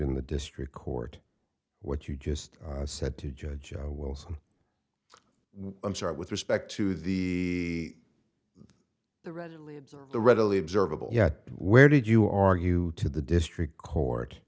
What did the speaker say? in the district court what you just said to judge joe wilson i'm sorry with respect to the the red the readily observable yet where did you argue to the district court